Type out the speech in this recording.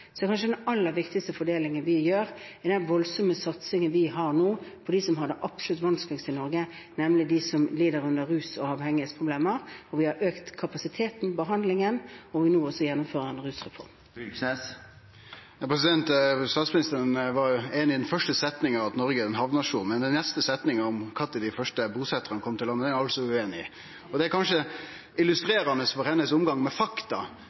er kanskje den aller viktigste fordelingen vi gjør, den voldsomme satsingen vi nå har på dem som har det absolutt vanskeligst i Norge, nemlig de som har rus- og avhengighetsproblemer. Vi har økt kapasiteten på behandlingen, og vi gjennomfører nå også en rusreform. Statsministeren var einig i den første setninga om at Noreg er ein havnasjon, men den neste setninga om kva tid dei første busetjarane kom til landet, er ho altså ueinig i. Det er kanskje illustrerande for hennar omgang med fakta.